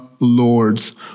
Lords